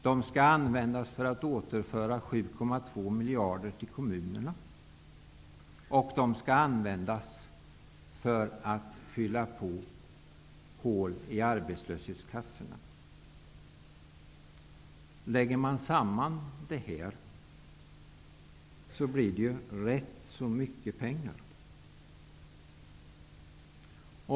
De skall användas till att återföra 7,2 miljarder till kommunerna, och de skall användas till att fylla på hål i arbetslöshetskassorna. Lägger man samman alltihop blir det rätt så mycket pengar.